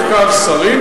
דווקא שרים,